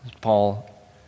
Paul